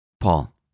Paul